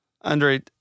Andre